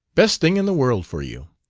best thing in the world for you.